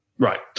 Right